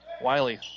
Wiley